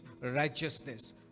righteousness